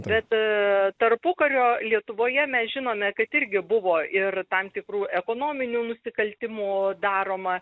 bet tarpukario lietuvoje mes žinome kad irgi buvo ir tam tikrų ekonominių nusikaltimų daroma